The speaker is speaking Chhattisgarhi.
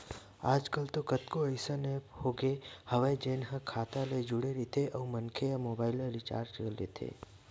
आजकल तो कतको अइसन ऐप आगे हवय जेन ह खाता ले जड़े रहिथे अउ मनखे ह मोबाईल ल रिचार्ज कर लेथे